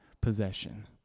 possession